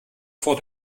vor